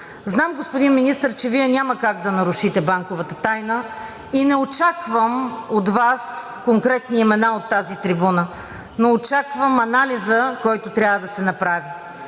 Знам, господин Министър, че Вие няма как да нарушите банковата тайна, и не очаквам от Вас конкретни имена от тази трибуна, но очаквам анализа, който трябва да се направи.